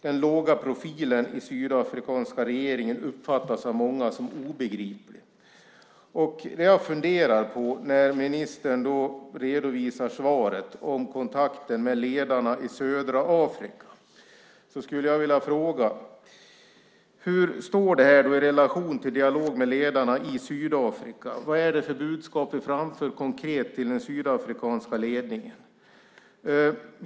Den låga profilen i den sydafrikanska regeringen uppfattas av många som obegriplig. När ministern redovisar svaret om kontakter med ledarna i södra Afrika skulle jag vilja fråga: Hur står det här i relation till dialog med ledarna i Sydafrika? Vad är det för budskap du framför konkret till den sydafrikanska ledningen?